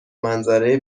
منظره